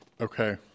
Okay